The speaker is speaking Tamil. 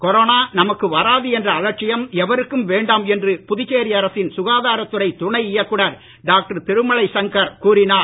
கொரோனா நமக்கு வராது என்ற அலட்சியம் எவருக்கும் வேண்டாம் என்று புதுச்சேரி அரசின் சுகாதாரத்துறை துணை இயக்குநர் டாக்டர் திருமலை சங்கர் கூறினார்